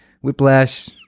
Whiplash